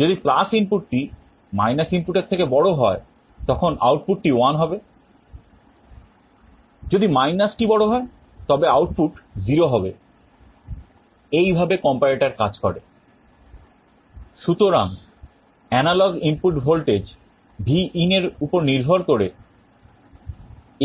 যদি ইনপুটটি ইনপুট এর থেকে বড় হয় তখন আউটপুটটি 1 হবে যদি টি বড় হয়তবে আউটপুট 0 হবে এইভাবে comparator কাজ করে সুতরাং এনালগ ইনপুট ভোল্টেজ Vin এর উপর নির্ভর করে